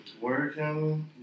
Working